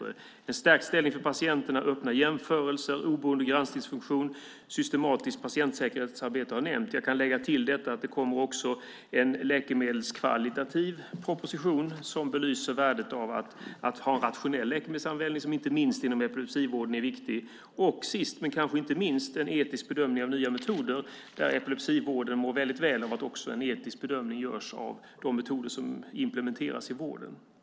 En stärkt ställning för patienterna, öppna jämförelser, oberoende granskningsfunktion och ett systematiskt patientsäkerhetsarbete har nämnts. Jag kan lägga till att det också kommer en läkemedelskvalitativ proposition som belyser värdet av att ha en rationell läkemedelsanvändning, vilket är viktigt inte minst inom epilepsivården. Sist men kanske inte minst kommer en etisk bedömning av nya metoder. Epilepsivården mår väldigt väl av att en etisk bedömning görs av de metoder som implementeras i vården. Herr talman!